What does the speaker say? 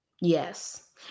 Yes